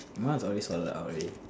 mine is always err out already